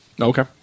Okay